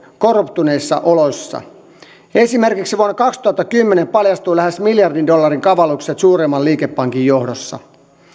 korruptoituneissa oloissa esimerkiksi vuonna kaksituhattakymmenen paljastui lähes miljardin dollarin kavallukset suuremman liikepankin johdossa